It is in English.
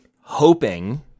hoping